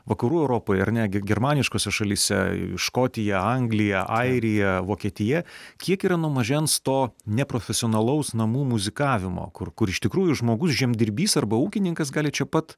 vakarų europoje ar ne ge germaniškose šalyse škotija anglija airija vokietija kiek yra nuo mažens to neprofesionalaus namų muzikavimo kur kur iš tikrųjų žmogus žemdirbys arba ūkininkas gali čia pat